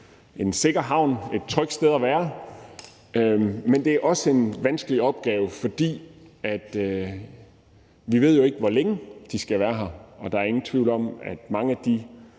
en sikker havn og et trygt sted at være. Men det er også en vanskelig opgave, for vi ved jo ikke, hvor længe de skal være her. Der er ingen tvivl om, at mange af de